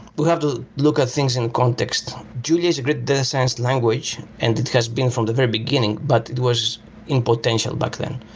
we have to look at things in context. julia is a great data science language and it has been from the very beginning, but it was in potential back then.